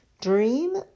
dream